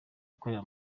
ikorera